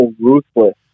ruthless